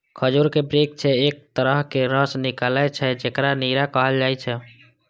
खजूरक वृक्ष सं एक तरहक रस निकलै छै, जेकरा नीरा कहल जाइ छै